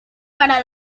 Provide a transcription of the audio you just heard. para